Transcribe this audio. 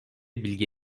bilgi